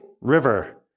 river